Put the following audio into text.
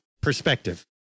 perspective